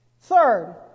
Third